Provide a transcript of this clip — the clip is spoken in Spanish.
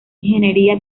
ingeniería